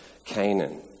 Canaan